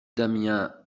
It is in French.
damien